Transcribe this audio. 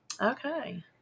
Okay